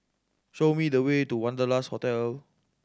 show me the way to Wanderlust Hotel